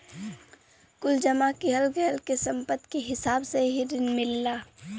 कुल जमा किहल गयल के सम्पत्ति के हिसाब से ही रिन मिलला